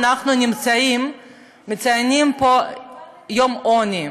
היום אנחנו מציינים פה את יום העוני.